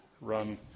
run